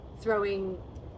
throwing